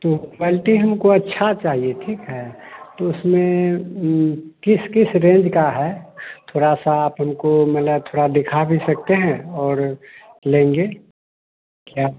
तो क्वेलटी हमको अच्छा चाहिए ठीक है तो उसमें किस किस रेंज का है थोड़ा सा आप हमको मतलब थोड़ा दिखा भी सकते हैं और लेंगे क्या